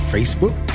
Facebook